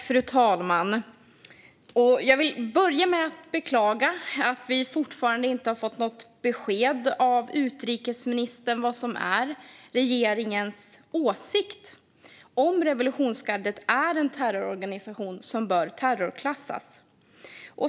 Fru talman! Jag beklagar att vi fortfarande inte fått något besked av utrikesministern om vad som är regeringens åsikt om huruvida revolutionsgardet är en terrororganisation som bör terrorklassas.